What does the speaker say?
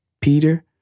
Peter